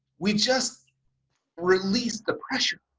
we just release the pressure